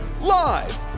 Live